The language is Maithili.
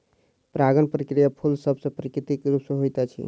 परागण प्रक्रिया फूल सभ मे प्राकृतिक रूप सॅ होइत अछि